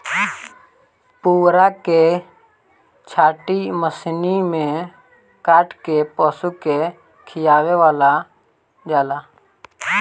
पुअरा के छाटी मशीनी में काट के पशु के खियावल जाला